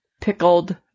pickled